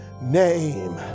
name